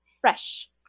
fresh